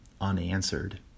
unanswered